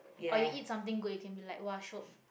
or you eat something good you can be like [wah] shiok